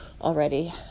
already